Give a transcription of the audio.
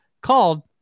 called